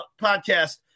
Podcast